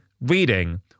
reading